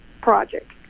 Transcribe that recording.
project